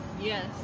Yes